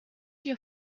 your